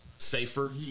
safer